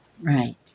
Right